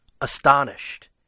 astonished